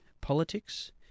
politics